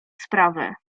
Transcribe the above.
sprawę